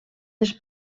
dels